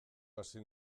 hasi